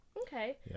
okay